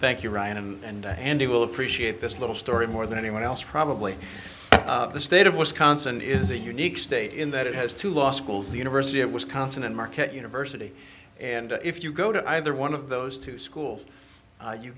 thank you ryan and andy will appreciate this little story more than anyone else probably the state of wisconsin is a unique state in that it has two law schools the university of wisconsin and marquette university and if you go to either one of those two schools